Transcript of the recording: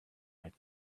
might